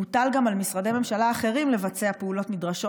הוטל גם על משרדי ממשלה אחרים לבצע פעולות נדרשות